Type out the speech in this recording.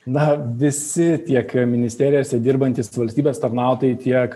na visi tiek ministerijose dirbantys valstybės tarnautojai tiek